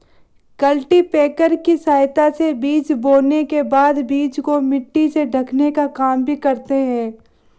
cultipacker की सहायता से बीज बोने के बाद बीज को मिट्टी से ढकने का काम भी करते है